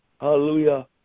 hallelujah